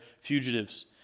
fugitives